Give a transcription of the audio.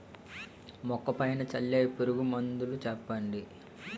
మొక్క పైన చల్లే పురుగు మందులు చెప్పండి?